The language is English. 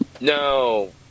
No